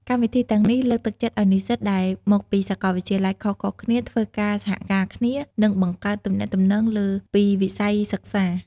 កម្មវិធីទាំងនេះលើកទឹកចិត្តឲ្យនិស្សិតដែលមកពីសកលវិទ្យាល័យខុសៗគ្នាធ្វើការសហការគ្នា និងបង្កើតទំនាក់ទំនងលើសពីវិស័យសិក្សា។